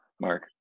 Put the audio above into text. Mark